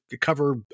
cover